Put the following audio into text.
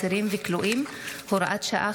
אסירים וכלואים (הוראת שעה,